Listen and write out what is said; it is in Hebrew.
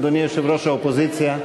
אדוני יושב-ראש האופוזיציה,